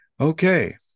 okay